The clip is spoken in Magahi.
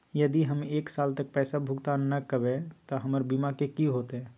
यदि हम एक साल तक पैसा भुगतान न कवै त हमर बीमा के की होतै?